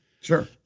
sure